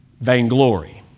Vainglory